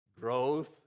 growth